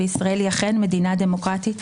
וישראל היא אכן מדינה דמוקרטית,